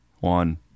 one